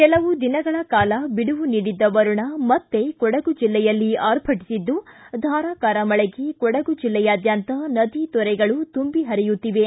ಕೆಲವು ದಿನಗಳ ಕಾಲ ಬಿಡುವು ನೀಡಿದ್ದ ವರುಣ ಮತ್ತೆ ಕೊಡಗು ಜಿಲ್ಲೆಯಲ್ಲಿ ಆರ್ಭಟಿಸಿದ್ದು ಧಾರಾಕಾರ ಮಳೆಗೆ ಕೊಡಗು ಜಿಲ್ಲೆಯಾದ್ದಂತ ನದಿ ತೊರೆಗಳು ತುಂಬಿ ಪರಿಯುತ್ತಿವೆ